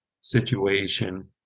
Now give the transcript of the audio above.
situation